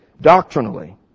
Doctrinally